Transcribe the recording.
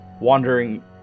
wandering